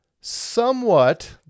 somewhat